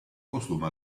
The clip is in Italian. costume